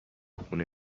خونه